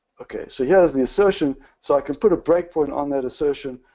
okay, so here's the assertion. so i can put a breakpoint on that assertion,